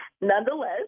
nonetheless